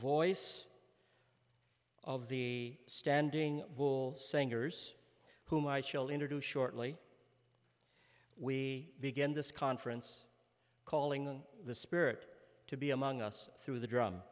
voice of the standing will singers whom i shall introduce shortly we began this conference calling the spirit to be among us through the drum